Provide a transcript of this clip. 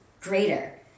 greater